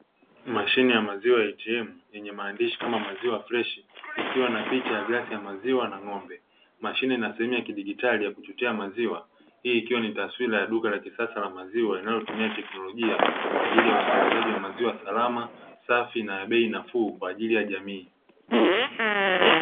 Mashine ya maziwa ya 'atm' yenye maandishi kama ''maziwa freshi'.' Ikiwa na picha ya glasi ya maziwa na ng'ombe. ashine na sehemu ya kidijitali ya kuchotea maziwa. Hii ikiwa ni taswira ya duka la kisasa la maziwa linalotumia teknolojia, kwa ajili ya usambazaji wa maziwa salama safi na ya bei nafuu kwa ajili ya jamii.